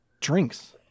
drinks